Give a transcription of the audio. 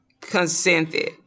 consented